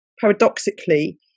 paradoxically